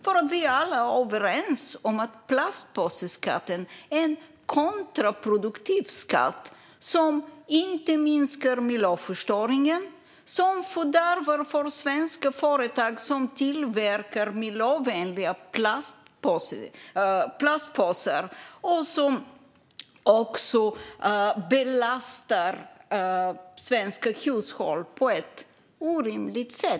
Alla är dock överens om att plastpåseskatten är en kontraproduktiv skatt som inte minskar miljöförstöringen, som fördärvar för svenska företag som tillverkar miljövänliga plastpåsar och som belastar svenska hushåll på ett orimligt sätt.